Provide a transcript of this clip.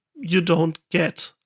you don't get